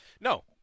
No